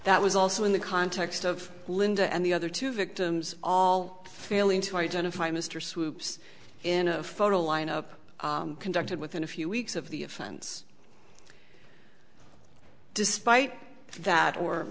that was also in the context of linda and the other two victims all failing to identify mr swoops in a photo lineup conducted within a few weeks of the offense despite that or